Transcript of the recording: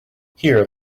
here